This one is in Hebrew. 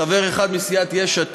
עוד חברים שלא יבואו.